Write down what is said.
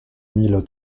mille